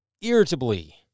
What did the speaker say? irritably